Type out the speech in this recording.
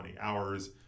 hours